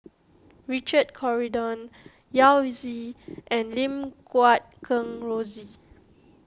Richard Corridon Yao Zi and Lim Guat Kheng Rosie